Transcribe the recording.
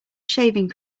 shaving